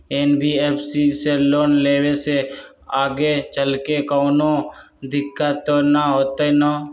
NBFC से loan लेबे से आगेचलके कौनो दिक्कत त न होतई न?